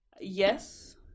Yes